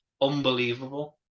unbelievable